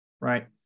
right